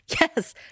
Yes